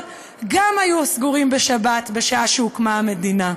גם היו סגורים בשבת בשעה שהוקמה המדינה.